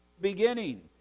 beginning